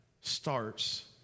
starts